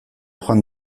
joan